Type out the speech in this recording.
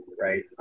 right